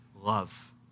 love